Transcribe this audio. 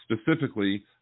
specifically